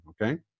okay